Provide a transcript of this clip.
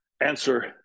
answer